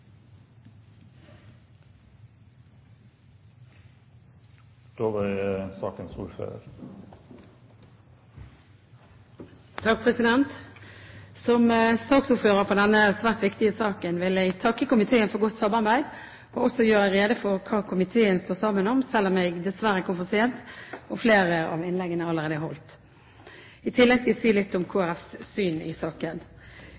Som ordfører for denne svært viktige saken vil jeg takke komiteen for godt samarbeid og også gjøre rede for hva komiteen står sammen om, selv om jeg dessverre kom for sent og flere av innleggene allerede er holdt. I tillegg skal jeg si litt om